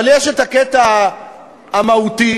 אבל יש הקטע המהותי,